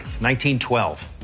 1912